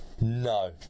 No